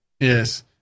Yes